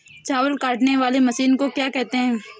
चावल काटने वाली मशीन को क्या कहते हैं?